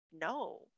no